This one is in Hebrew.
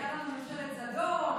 "קמה ממשלת זדון",